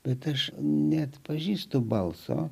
bet aš neatpažįstu balso